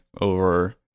over